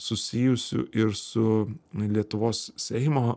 susijusių ir su lietuvos seimo